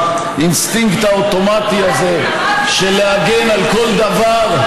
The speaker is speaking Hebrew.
האינסטינקט האוטומטי הזה להגן על כל דבר,